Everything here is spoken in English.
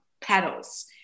petals